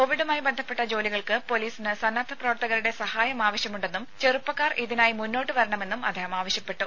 കോവിഡുമായി ബന്ധപ്പെട്ട ജോലികൾക്ക് പൊലീസിന് സന്നദ്ധ പ്രവർത്തകരുടെ സഹായം ആവശ്യമുണ്ടെന്നും ചെറുപ്പക്കാർ ഇതിനായി മുന്നോട്ട് വരണമെന്നും ആവശ്യപ്പെട്ടു